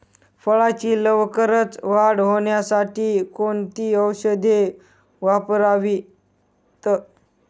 फळाची लवकर वाढ होण्यासाठी कोणती औषधे वापरावीत?